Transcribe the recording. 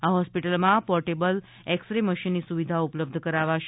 આ હોસ્પિટલમાં portable X ray મશીનની સુવિધાઓ ઉપલબ્ધ કરાવાશે